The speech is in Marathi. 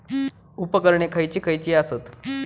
उपकरणे खैयची खैयची आसत?